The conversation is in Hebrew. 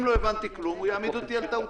אם לא הבנתי כלום הוא יעמיד אותי על טעותי.